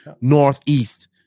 Northeast